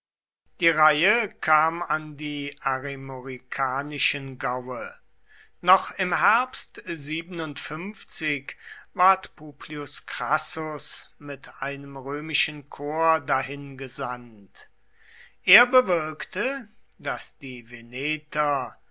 die reihe kam an die aremorikanischen gaue noch im herbst ward publius crassus mit einem römischen korps dahin gesandt er bewirkte daß die veneter